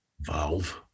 Valve